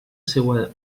seua